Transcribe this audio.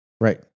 Right